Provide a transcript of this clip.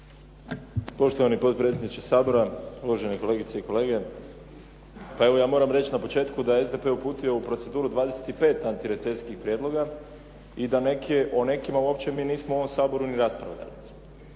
Poštovani potpredsjedniče Sabora, uvažene kolegice i kolege. Pa evo ja moram reći na početku da je SDP-e uputio u proceduru 25 antirecesijskih prijedloga i da o nekima mi nismo u ovom Saboru ni raspravljali.